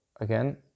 again